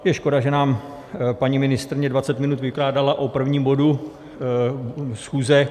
Je škoda, že nám paní ministryně dvacet minut vykládala o prvním bodu schůze.